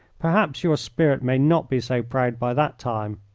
perhaps your spirit may not be so proud by that time.